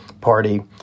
party